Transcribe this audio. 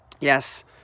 yes